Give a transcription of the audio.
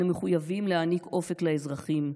אנו מחויבים להעניק אופק לאזרחים,